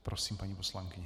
Prosím, paní poslankyně.